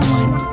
one